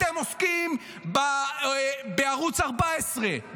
אתם עוסקים בערוץ 14,